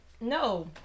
No